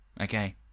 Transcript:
okay